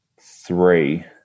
three